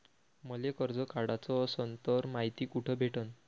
मले कर्ज काढाच असनं तर मायती कुठ भेटनं?